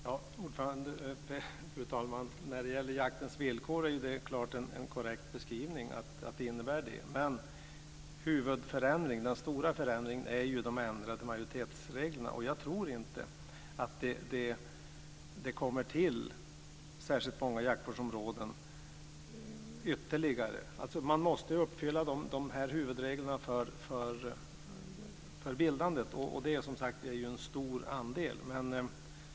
Fru talman! När det gäller jaktens villkor så är detta klart en korrekt beskrivning. Det innebär det här. Men huvudförändringen, den stora förändringen, är de ändrade majoritetsreglerna. Jag tror inte att det kommer till särskilt många jaktvårdsområden ytterligare. Man måste uppfylla huvudreglerna för bildandet, och det gäller som sagt en stor andel.